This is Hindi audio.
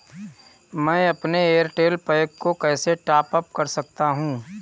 मैं अपने एयरटेल पैक को कैसे टॉप अप कर सकता हूँ?